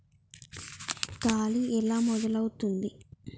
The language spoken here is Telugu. గాలి ఎలా మొదలవుతుంది?